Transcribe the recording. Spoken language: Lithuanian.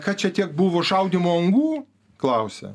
ką čia tiek buvo šaudymo angų klausia